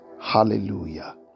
hallelujah